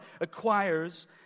acquires